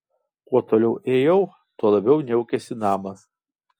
kuo toliau ėjau tuo labiau niaukėsi namas